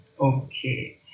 okay